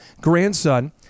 grandson